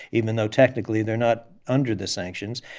even though technically, they're not under the sanctions.